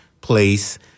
place